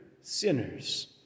sinners